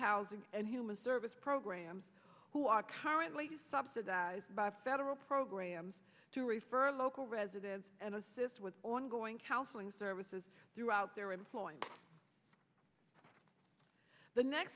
housing and human service programs who are currently subsidized by federal programs to refer local residents and assist with ongoing counseling services throughout their employment the next